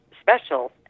special